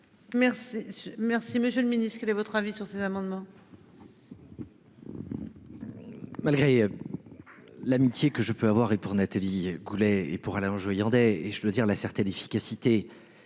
merci Monsieur le Ministre, quel est votre avis sur ces amendements.